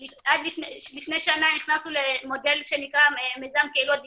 לפני שנה נכנסנו למודל שנקרא מיזם קהילות דיגיטליות,